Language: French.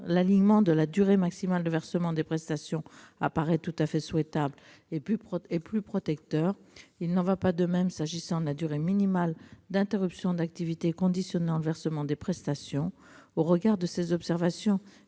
l'alignement de la durée maximale de versement des prestations apparaît tout à fait souhaitable et plus protecteur, il n'en va pas de même s'agissant de la durée minimale d'interruption d'activité conditionnant le versement des prestations. Au regard de ces observations,